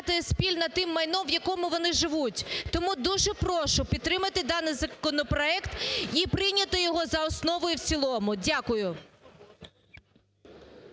Дякую.